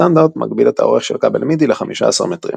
הסטנדרט מגביל את האורך של כבל מידי ל-15 מטרים.